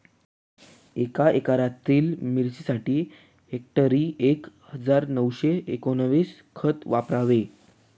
एका एकरातील मिरचीसाठी हेक्टरी एक हजार नऊशे एकोणवीस खत वापरावे